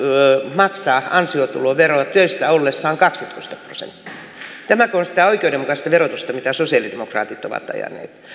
maksaa ansiotuloveroa työssä ollessaan kaksitoista prosenttia tämäkö on sitä oikeudenmukaista verotusta mitä sosialidemokraatit ovat ajaneet